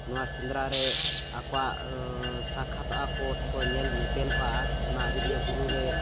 ᱱᱚᱣᱟ ᱥᱮᱸᱫᱽᱨᱟ ᱨᱮ ᱟᱠᱚᱣᱟᱜ ᱥᱟᱠᱠᱷᱟᱛᱚ ᱟᱠᱚ ᱥᱮ ᱠᱚ ᱧᱮᱞ ᱧᱮᱯᱮᱞᱚᱜᱼᱟ ᱚᱱᱟ ᱟᱡᱳᱫᱤᱭᱟᱹ ᱵᱩᱨᱩᱨᱮ